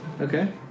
Okay